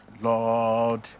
Lord